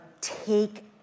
take